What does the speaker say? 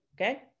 Okay